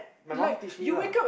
my mum teach me lah